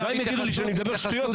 גם אם יגידו לי שאני מדבר שטויות,